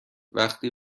وقتی